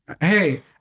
hey